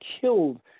killed